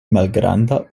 malgranda